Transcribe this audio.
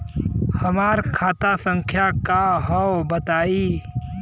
हमार खाता संख्या का हव बताई?